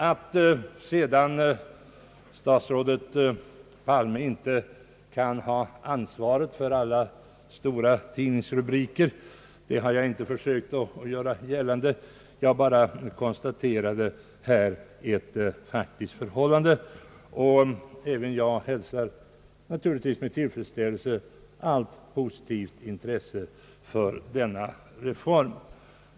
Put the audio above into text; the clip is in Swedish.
Att statsrådet Palme skulle ha något ansvar för alla stora tidningsrubriker har jag inte försökt göra gällande. Jag bara konstaterade ett faktiskt förhållande, och även jag hälsar naturligtvis med tillfredsställelse allt positivt intresse för denna reform.